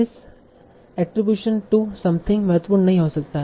this attribution to something महत्वपूर्ण नहीं हो सकता है